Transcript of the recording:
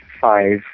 five